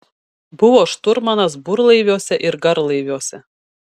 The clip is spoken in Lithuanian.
buvo šturmanas burlaiviuose ir garlaiviuose